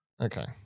Okay